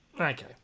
Okay